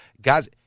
Guys